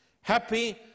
Happy